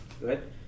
Good